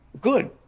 Good